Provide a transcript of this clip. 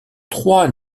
trois